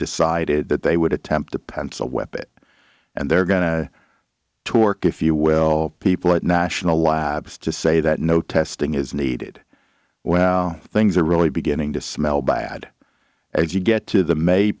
decided that they would attempt to pencil weapon and they're going to torque if you will people at national labs to say that no testing is needed well things are really beginning to smell bad as you get to the may